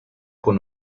con